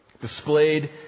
Displayed